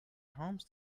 harms